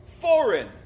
foreign